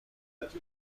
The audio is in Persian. نداختی